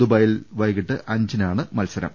ദൂബായിൽ വൈകീട്ട് അഞ്ചിനാണ് മത്സരം